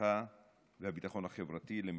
הרווחה והביטחון החברתי, למשרדי.